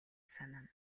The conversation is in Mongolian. санана